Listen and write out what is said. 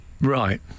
Right